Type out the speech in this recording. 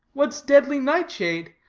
what's deadly-nightshade?